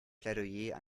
plädoyer